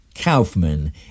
Kaufman